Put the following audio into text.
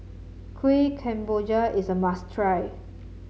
Kuih Kemboja is a must try